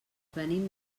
venim